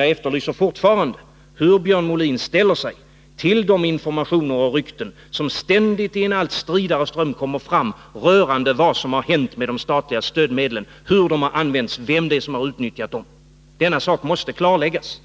Jag efterlyser fortfarande besked om hur Björn Molin ställer sig till de informationer och rykten som ständigt och i en allt stridare ström kommer fram rörande vad som har hänt med de statliga stödmedlen, hur de har använts och vem som har utnyttjat dem. Denna sak måste klarläggas.